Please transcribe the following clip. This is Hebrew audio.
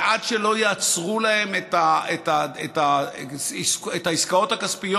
ועד שלא יעצרו להן את העסקאות הכספיות